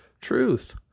truth